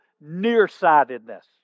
nearsightedness